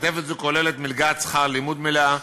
מעטפת זו כוללת מלגת שכר לימוד מלאה